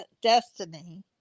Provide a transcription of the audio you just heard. destiny